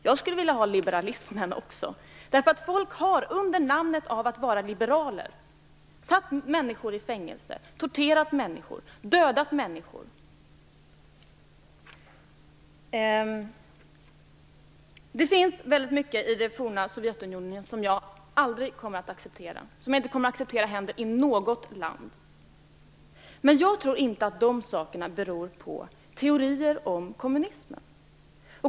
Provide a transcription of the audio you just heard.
Jag skulle vilja ha liberalismen också med därför att folk har under namnet av att vara liberaler satt människor i fängelse, torterat och dödat människor. Det finns väldigt mycket i det forna Sovjetunionen som jag aldrig kommer att acceptera, som man inte heller kommer att acceptera i något land. Men jag tror inte att de sakerna beror på teorier om kommunismen.